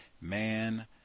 man